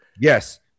Yes